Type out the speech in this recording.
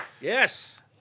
Yes